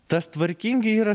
tas tvarkingi yra